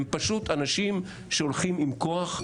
הם פשוט אנשים שהולכים עם כוח,